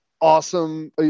awesome